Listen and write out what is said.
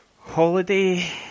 Holiday